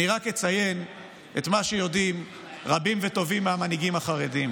אני רק אציין את מה שיודעים רבים וטובים מהמנהיגים החרדים.